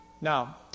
Now